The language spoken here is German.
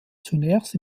zunächst